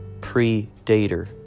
Predator